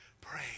pray